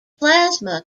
plasma